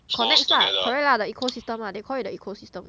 connects lah correct lah the ecosystem ah they call it the ecosystem